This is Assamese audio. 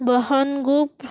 বহনগোপ